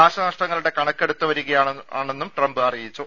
നാശനഷ്ടങ്ങളുടെ കണക്കെടുത്തുവരികയാണെന്നും ട്രംപ് അറിയിച്ചു